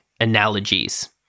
analogies